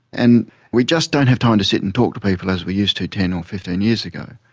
and we just don't have time to sit and talk to people as we used to ten or fifteen years ago.